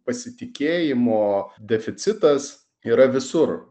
pasitikėjimo deficitas yra visur